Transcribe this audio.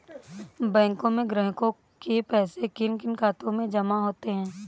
बैंकों में ग्राहकों के पैसे किन किन खातों में जमा होते हैं?